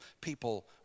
people